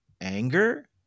anger